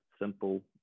simple